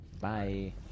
Bye